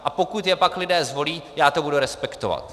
A pokud je pak lidé zvolí, já to budu respektovat.